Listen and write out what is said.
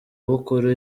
bukuru